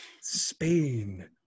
Spain